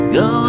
go